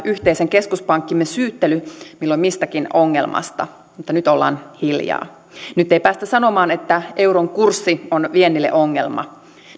yhteisen keskuspankkimme syyttely milloin mistäkin ongelmasta mutta nyt ollaan hiljaa nyt ei päästä sanomaan että euron kurssi on viennille ongelma